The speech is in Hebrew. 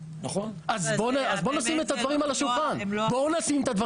אז בואו נשים את הדברים על השולחן, חבר'ה,